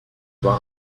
war